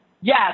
Yes